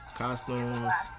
costumes